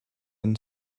and